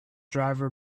driver